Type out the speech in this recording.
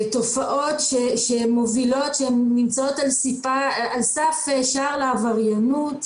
תופעות שהן נמצאות על סף שער לעבריינות,